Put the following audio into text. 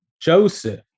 Joseph